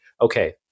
Okay